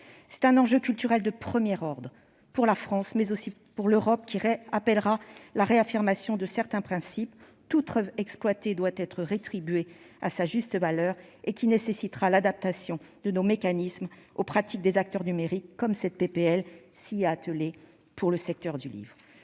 C'est un enjeu culturel de premier ordre pour la France et l'Europe, qui appellera la réaffirmation de certains principes- toute oeuvre exploitée doit être rétribuée à sa juste valeur -et qui nécessitera l'adaptation de nos mécanismes aux pratiques des acteurs numériques, comme cette proposition de loi s'y est attelée pour le secteur du livre.